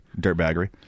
Dirtbaggery